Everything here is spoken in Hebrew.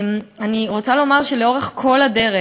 אני רוצה לומר שלאורך כל הדרך,